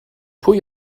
pwy